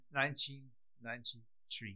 1993